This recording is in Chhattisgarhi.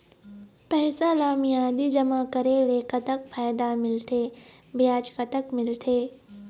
पैसा ला मियादी जमा करेले, कतक फायदा मिलथे, ब्याज कतक मिलथे?